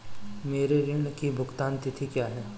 मेरे ऋण की भुगतान तिथि क्या है?